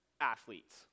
athletes